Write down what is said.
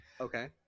Okay